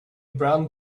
brown